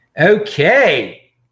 Okay